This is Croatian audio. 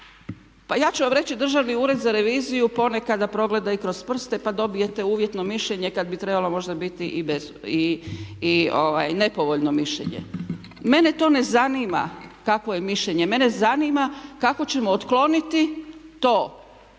Pa ja ću vam reći Državni ured za reviziju ponekad progleda i kroz prste pa dobijete uvjetno mišljenje kad bi trebalo možda biti i nepovoljno mišljenje. Mene to ne zanima kakvo je mišljenje, mene zanima kako ćemo otkloniti to